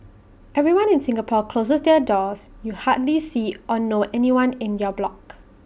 everyone in Singapore closes their doors you hardly see or know anyone in your block